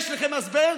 יש לכם הסבר,